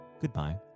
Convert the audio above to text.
goodbye